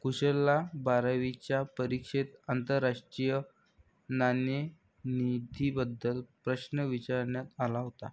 कुशलला बारावीच्या परीक्षेत आंतरराष्ट्रीय नाणेनिधीबद्दल प्रश्न विचारण्यात आला होता